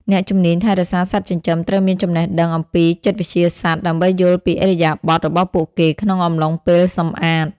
អ្នកជំនាញថែរក្សាសត្វចិញ្ចឹមត្រូវមានចំណេះដឹងអំពីចិត្តវិទ្យាសត្វ ដើម្បីយល់ពីឥរិយាបថរបស់ពួកគេក្នុងអំឡុងពេលសម្អាត។